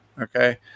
Okay